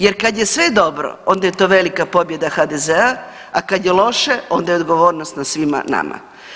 Jer kad je sve dobro, onda je to velika pobjeda HDZ-a, a kad je loše, onda je odgovornost na svima nama.